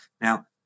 Now